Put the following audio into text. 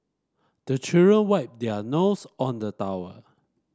the children wipe their nose on the towel